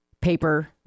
paper